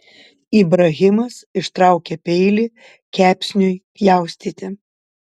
ibrahimas ištraukė peilį kepsniui pjaustyti